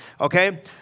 okay